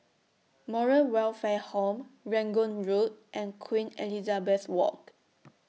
Moral Welfare Home Rangoon Road and Queen Elizabeth Walk